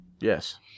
Yes